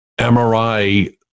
MRI